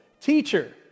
teacher